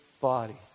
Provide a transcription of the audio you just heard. body